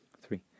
three